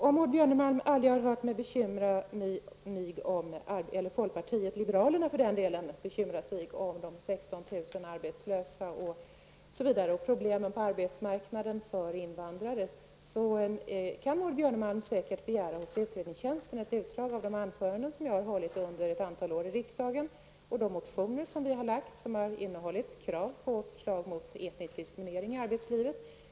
Om Maud Björnemalm aldrig har hört mig eller folkpartiet liberalerna bekymra sig om de 16 000 arbetslösa och invandrarnas problem på arbetsmarknaden, kan Maud Björnemalm hos utredningstjänsten säkert begära utdrag ur de anföranden som jag har hållit under ett antal år i riksdagen och de motioner som vi har väckt med krav på åtgärder mot etnisk diskriminering i arbetslivet.